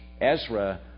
Ezra